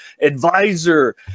advisor